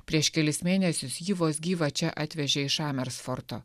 prieš kelis mėnesius jį vos gyvą čia atvežė iš amers forto